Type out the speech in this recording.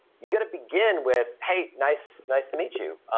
you get to begin with, hey, nice, nice to meet you.